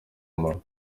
umunwa